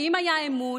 כי אם היה אמון,